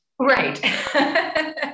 Right